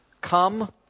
come